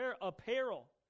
apparel